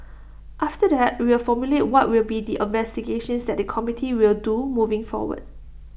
after that we will formulate what will be the investigations that the committee will do moving forward